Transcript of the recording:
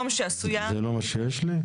זה לא מה שיש לי?